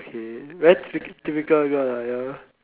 K very typ~ typical girl ah ya